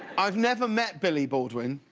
i've never met billy baldwin.